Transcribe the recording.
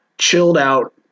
chilled-out